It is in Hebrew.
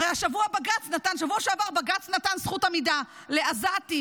הרי בשבוע שעבר בג"ץ נתן זכות עמידה לעזתים,